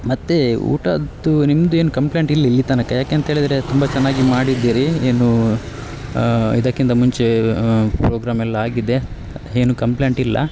ಮತ್ತು ಊಟದ್ದು ನಿಮ್ದು ಏನು ಕಂಪ್ಲೇಂಟ್ ಇಲ್ಲ ಇಲ್ಲಿ ತನಕ ಯಾಕೆ ಅಂತೇಳಿದರೆ ತುಂಬ ಚೆನ್ನಾಗಿ ಮಾಡಿದ್ದೀರಿ ಏನೂ ಇದಕ್ಕಿಂತ ಮುಂಚೆ ಪ್ರೋಗ್ರಾಮ್ ಎಲ್ಲ ಆಗಿದೆ ಏನು ಕಂಪ್ಲೇಂಟ್ ಇಲ್ಲ